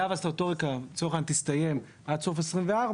היה והסטטוטוריקה לצורך העניין תסתיים עד לסוף 2024,